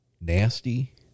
nasty